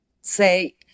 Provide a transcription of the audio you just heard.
say